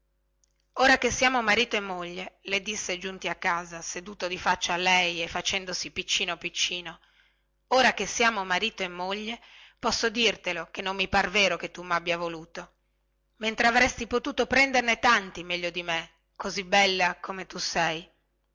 ora che siamo marito e moglie le disse giunti a casa seduto di faccia a lei e facendosi piccino piccino ora che siamo marito e moglie posso dirtelo che non mi par vero che tu mabbia voluto mentre avresti potuto prenderne tanti meglio di me così bella e graziosa come sei